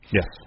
Yes